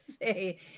say